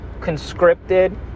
conscripted